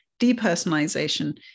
depersonalization